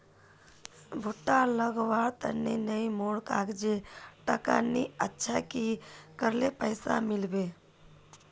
भुट्टा लगवार तने नई मोर काजाए टका नि अच्छा की करले पैसा मिलबे?